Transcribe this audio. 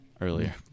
earlier